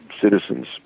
citizens